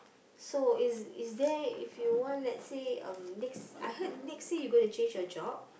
so is is there if you want I heard next year you going to change your job